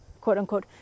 quote-unquote